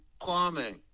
plumbing